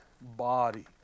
body